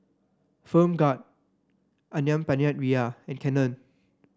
Film God ayam Penyet Ria and Canon